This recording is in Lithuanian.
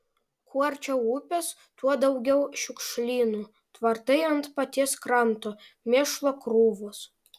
kuo arčiau upės tuo daugiau šiukšlynų tvartai ant paties kranto mėšlo krūvos